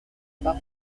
pas